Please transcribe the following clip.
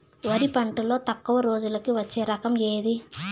వరి పంటలో తక్కువ రోజులకి వచ్చే రకం ఏది?